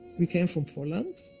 we came from poland.